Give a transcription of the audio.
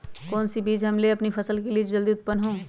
कौन सी बीज ले हम अपनी फसल के लिए जो जल्दी उत्पन हो?